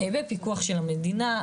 בפיקוח של המדינה,